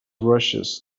rushes